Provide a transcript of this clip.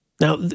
Now